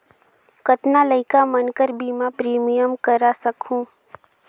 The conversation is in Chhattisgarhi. कतना लइका मन कर बीमा प्रीमियम करा सकहुं?